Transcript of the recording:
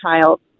child